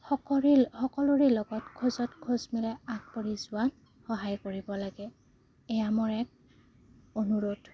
সকলৰ সকলোৰে লগত খোজত খোজ মিলাই আগবঢ়ি যোৱাত সহায় কৰিব লাগে এয়া মোৰ এক অনুৰোধ